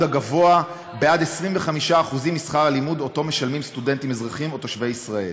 הגבוה ב-25% משכר הלימוד אותו משלמים סטודנטים אזרחים או תושבי ישראל.